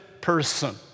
person